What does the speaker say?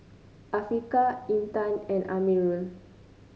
Afiqah Intan and Amirul